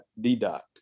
deduct